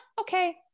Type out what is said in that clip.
Okay